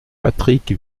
patrick